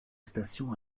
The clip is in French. station